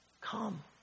Come